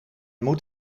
moet